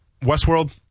Westworld